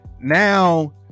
now